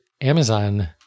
Amazon